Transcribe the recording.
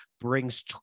brings